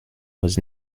was